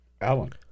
Alan